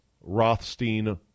Rothstein